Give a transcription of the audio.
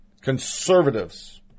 Conservatives